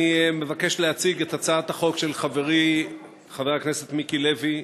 אני מבקש להציג את הצעת החוק של חברי חבר הכנסת מיקי לוי,